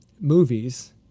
movies